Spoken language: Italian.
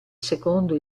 secondo